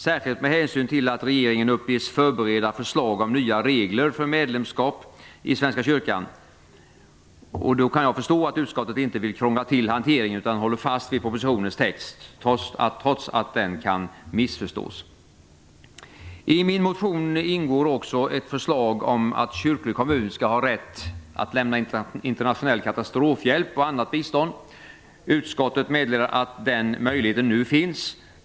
Särskilt med hänsyn till att regeringen uppges förbereda förslag om nya regler för medlemskap i Svenska kyrkan, kan jag förstå att utskottet inte vill krångla till hanteringen utan håller fast vid propositionens text - trots att den kan missförstås. I min motion ingår också ett förslag om att kyrklig kommun skall ha rätt att lämna internationell katastrofhjälp och annat bistånd. Utskottet meddelar att den möjligheten nu finns.